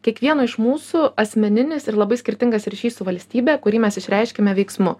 kiekvieno iš mūsų asmeninis ir labai skirtingas ryšys su valstybe kurį mes išreiškiame veiksmu